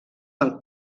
del